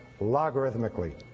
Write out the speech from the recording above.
logarithmically